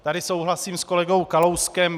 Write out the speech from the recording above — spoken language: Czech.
Tady souhlasím s kolegou Kalouskem.